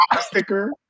sticker